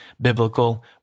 biblical